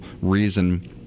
reason